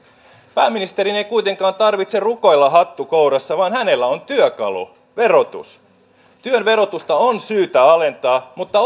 pääministerin ei kuitenkaan tarvitse rukoilla hattu kourassa vaan hänellä on työkalu verotus työn verotusta on syytä alentaa mutta